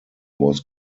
was